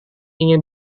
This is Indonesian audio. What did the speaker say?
ingin